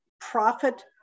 profit